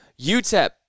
UTEP